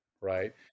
Right